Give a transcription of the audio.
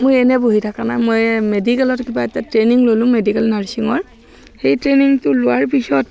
মই এনে বহি থকা নাই মই মেডিকেলত কিবা এটা ট্ৰেইনিং ললোঁ মেডিকেল নাৰ্ছিঙৰ সেই ট্ৰেইনিংটো লোৱাৰ পিছত